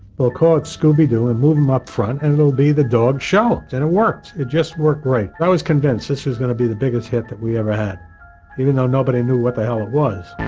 we'll call it scooby-doo and move them up front and it'll be the dog show. and it worked, it just worked great. i was convinced this was gonna be the biggest hit that we ever had even though nobody knew what the hell it was.